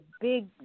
big